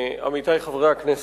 עמיתי חברי הכנסת,